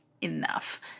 enough